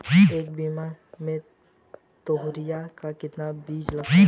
एक बीघा में तोरियां का कितना बीज लगता है?